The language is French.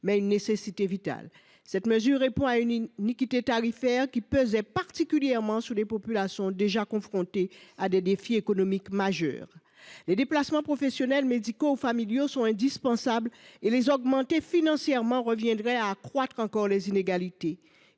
mais une nécessité vitale. Cette mesure corrige une iniquité tarifaire qui pesait particulièrement sur les populations déjà confrontées à des défis économiques majeurs. Les déplacements professionnels, médicaux ou familiaux sont indispensables et augmenter leur coût reviendrait à accroître encore les inégalités.